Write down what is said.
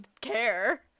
care